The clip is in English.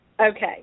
Okay